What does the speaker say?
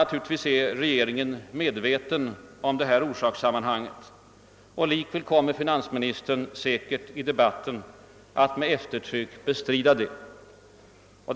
Naturligtvis är regeringen medveten om detta orsakssammanhang, och likväl kommer finansministern förmodligen att i debatten med eftertryck bestrida detta.